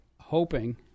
hoping